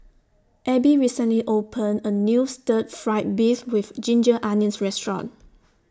Abbey recently opened A New Stir Fried Beef with Ginger Onions Restaurant